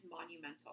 monumental